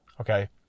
Okay